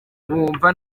bumva